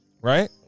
Right